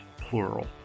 plural